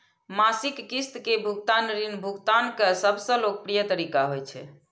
मासिक किस्त के भुगतान ऋण भुगतान के सबसं लोकप्रिय तरीका होइ छै